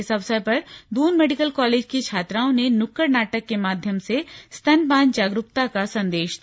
इस अवसर पर दून मेडिकल कालेज की छात्राओं ने नुक्कड़ नाटक के माध्यम से स्तनपान जागरूकता का संदेश दिया